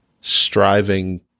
striving